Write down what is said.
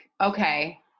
okay